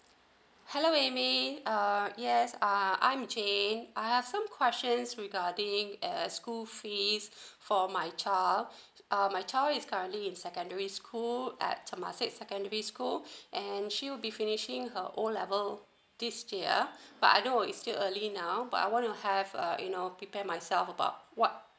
hello amy err yes uh I'm jane I have some questions regarding uh school fees for my child err my child is currently in secondary school at temasek secondary school and she will be finishing her O level this year but I know it's still early now but I want to have uh you know prepare myself about what